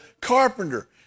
carpenter